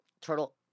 turtle